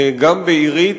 גם בעירי,